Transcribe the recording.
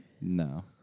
No